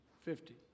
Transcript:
Fifty